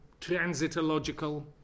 transitological